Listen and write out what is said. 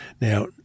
Now